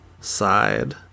side